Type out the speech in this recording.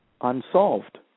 unsolved